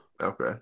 Okay